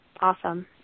awesome